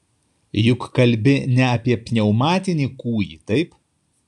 juk kalbi ne apie pneumatinį kūjį taip